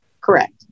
Correct